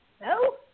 No